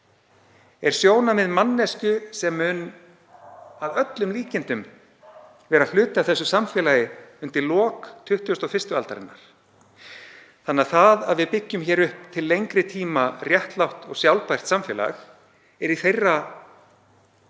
er sjónarmið manneskju sem mun að öllum líkindum vera hluti af þessu samfélagi undir lok 21. aldarinnar. Það að við byggjum upp til lengri tíma réttlátt og sjálfbært samfélag eru þeirra hagsmunir,